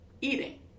eating